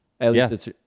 Yes